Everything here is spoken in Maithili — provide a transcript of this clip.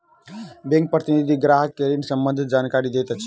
बैंक प्रतिनिधि ग्राहक के ऋण सम्बंधित जानकारी दैत अछि